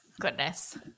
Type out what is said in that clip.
goodness